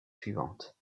suivante